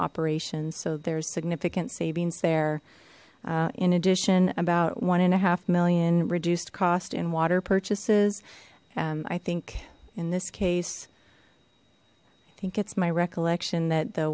operations so there's significant savings there in addition about one and a half million reduced cost in water purchases and i think in this case i think it's my recollection that the